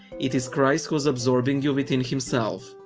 it is christ who's absorbing you within himself.